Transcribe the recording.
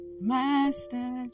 Master